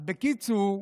אז בקיצור,